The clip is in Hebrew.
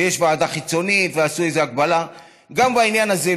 ויש ועדה חיצונית ועשו איזו הגבלה גם בעניין הזה,